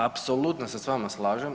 Apsolutno se sa vama slažem.